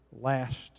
last